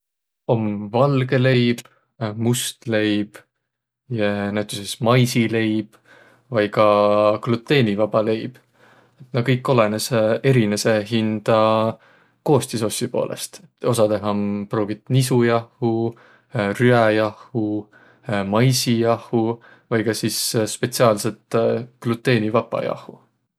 Om valgõ leib, must leib ja näütüses maisileib vai ka gluteenivaba leib. Naaq kõik olõnõsõq, erineseq hindä koostisossi poolõst. Osadõh om pruugit nisujahhu, rüäjahhu, maisijahhu vai ka sis spetsiaalsõt gluteenivaba jahhu.